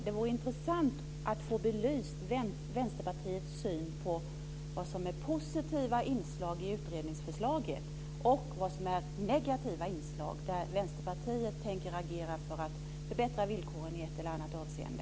Det vore intressant att få belyst Vänsterpartiets syn på vad som är positiva inslag i utredningsförslaget och vad som är negativa inslag där Vänsterpartiet tänker agera för att förbättra villkoren i ett eller annat avseende.